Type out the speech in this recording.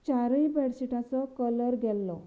चारय बेडशीटांचो कलर गेल्लो